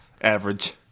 average